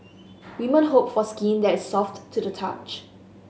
women hope for skin that is soft to the touch